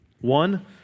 One